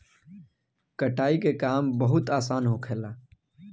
कटाई के काम बहुत आसान होखेला